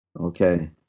Okay